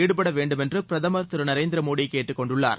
ஈடுபட் வேண்டும் என்று பிரதமர் திரு நரேந்திர மோடி கேட்டுக்கொண்டுள்ளார்